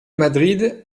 madrid